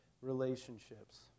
relationships